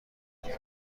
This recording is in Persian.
رادیو